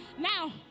now